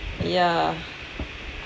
ya